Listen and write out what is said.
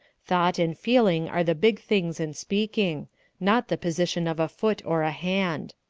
thought and feeling are the big things in speaking not the position of a foot or a hand.